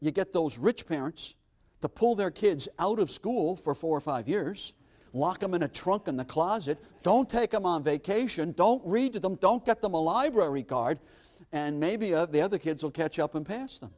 you get those rich parents to pull their kids out of school for four or five years lock them in a trunk in the closet don't take them on vacation don't read to them don't get them a library card and maybe of the other kids will catch up and pass them